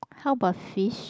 how about fish